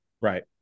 Right